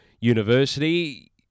University